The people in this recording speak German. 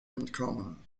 entkommen